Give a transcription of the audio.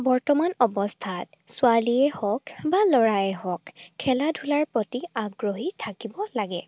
বৰ্তমান অৱস্থাত ছোৱালীয়ে হওক বা ল'ৰাই হওক খেলা ধূলাৰ প্ৰতি আগ্ৰহী থাকিব লাগে